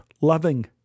loving